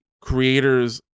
creators